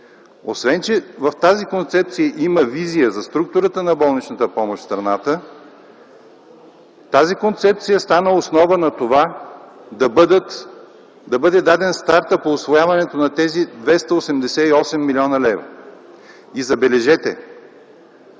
Освен, че в тази концепция има визия за структурата на болничната помощ в страната, тя стана основа на това да бъде даден стартът по усвояването на тези 288 млн. лв. Забележете